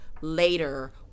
later